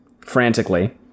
frantically